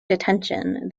detention